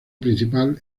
principal